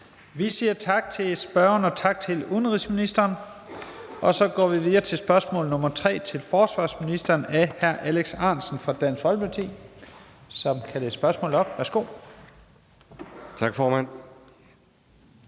Vi siger tak til spørgeren og tak til udenrigsministeren. Så går vi videre til spørgsmål nr. 3 til forsvarsministeren af hr. Alex Ahrendtsen fra Dansk Folkeparti. Kl. 13:27 Spm. nr. S 321